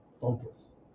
focus